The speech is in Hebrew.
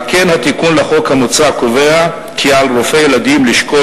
על כן התיקון המוצע לחוק קובע כי על רופא ילדים לשקול